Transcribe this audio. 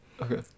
okay